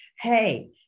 Hey